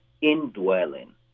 indwelling